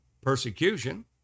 persecution